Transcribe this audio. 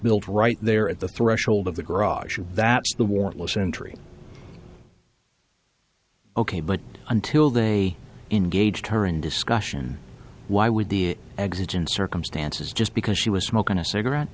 built right there at the threshold of the garage that the warrantless entry ok but until they engage her in discussion why would the exit in circumstances just because she was smoking a cigarette